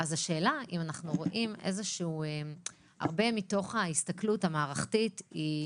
אז השאלה אם אנחנו רואים הרבה מתוך ההסתכלות המערכתית היא מניעה.